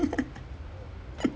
no stop